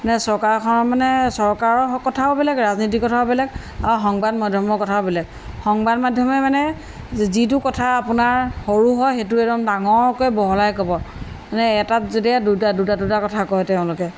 চৰকাৰখন মানে চৰকাৰৰ কথাও বেলেগ ৰাজনীতিৰ কথাও বেলেগ আৰু সংবাদ মাধ্যমৰ কথাও বেলেগ সংবাদ মাধ্যমে মানে যিটো কথা আপোনাৰ সৰু হয় সেইটো একদম ডাঙৰকৈ বহলাই ক'ব মানে এটাত যদি দুটা দুটা কথা কয় তেওঁলোকে